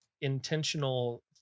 intentional